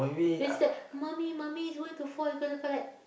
then she said mommy mommy it's gonna fall it's gonna fall like